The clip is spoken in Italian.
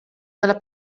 della